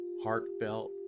heartfelt